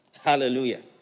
hallelujah